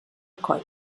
coll